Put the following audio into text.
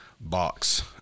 box